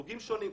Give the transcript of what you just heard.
סוגים שונים.